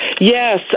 Yes